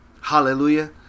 Hallelujah